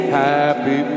happy